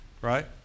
Right